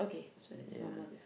yeah